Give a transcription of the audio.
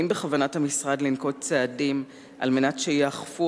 האם בכוונת המשרד לנקוט צעדים על מנת שייאכפו